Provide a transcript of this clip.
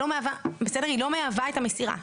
היא לא מהווה את המסירה.